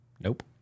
Nope